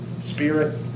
Spirit